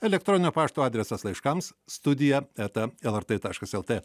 elektroninio pašto adresas laiškams studija eta lrt taškas lt